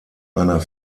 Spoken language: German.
einer